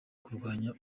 kurwanya